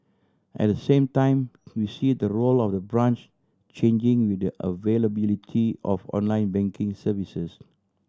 at the same time we see the role of the branch changing with the availability of online banking services